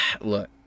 look